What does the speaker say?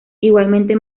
igualmente